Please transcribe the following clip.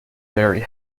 very